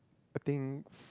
I think